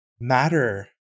matter